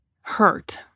hurt